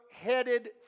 headed